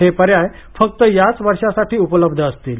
हे पर्याय फक्त याच वर्षासाठी उपलब्ध असतील